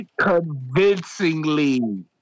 convincingly